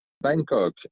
Bangkok